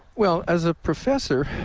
well, as a professor,